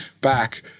back